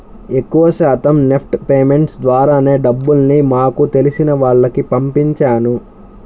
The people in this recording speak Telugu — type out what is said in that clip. ఎక్కువ శాతం నెఫ్ట్ పేమెంట్స్ ద్వారానే డబ్బుల్ని మాకు తెలిసిన వాళ్లకి పంపించాను